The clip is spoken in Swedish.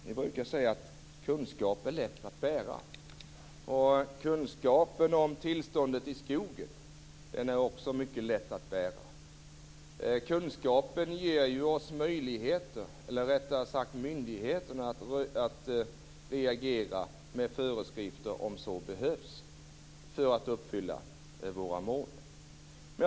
Herr talman! Kunskap är lätt att bära. Kunskapen om tillståndet i skogen är också mycket lätt att bära. Kunskapen ger myndigheterna möjligheter att reagera genom att utfärda föreskrifter, om så behövs, för att målen skall uppfyllas.